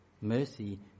Mercy